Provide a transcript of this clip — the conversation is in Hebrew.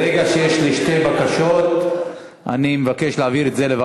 לא, לא.